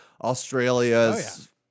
Australia's